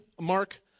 mark